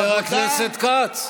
חבר הכנסת כץ.